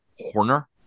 Horner